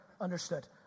Understood